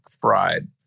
fried